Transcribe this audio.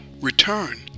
return